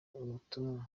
ubutumwa